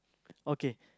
okay